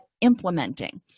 implementing